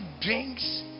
drinks